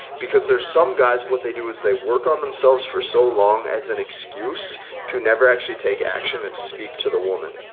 because there's some guys what they do is they work on themselves for so long as an excuse to never actually take action and speak to the woman.